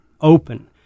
open